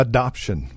Adoption